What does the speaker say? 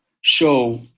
show